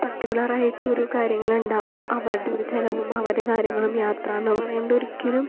പർട്ടിക്കുലറായിട്ടു ഒരോ കാര്യങ്ങളുണ്ടാവും അവരുടെയൊരു ചെലവും അവർ കാര്യങ്ങളും യാത്ര എന്നു പറയുന്നതൊരിക്കലും